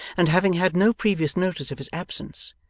and having had no previous notice of his absence,